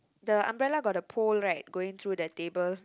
the umbrella got the pole right going through the table